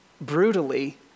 brutally